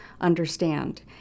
understand